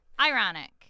Ironic